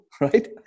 right